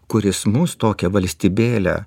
kuris mus tokią valstybėlę